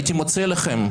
הייתי מציע לכם,